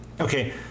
Okay